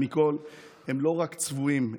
הם לא רק צבועים,